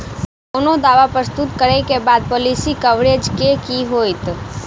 कोनो दावा प्रस्तुत करै केँ बाद पॉलिसी कवरेज केँ की होइत?